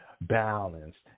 balanced